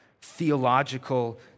theological